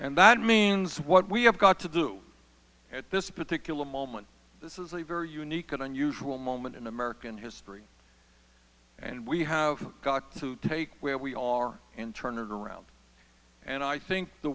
and that what we have got to do at this particular moment this is a very unique and unusual moment in american history and we have to take where we are in turn it around and i think the